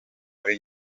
muri